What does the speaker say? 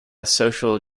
social